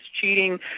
cheating